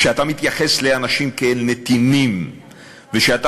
כשאתה מתייחס לאנשים כאל נתינים וכשאתה